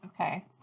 Okay